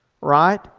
right